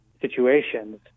situations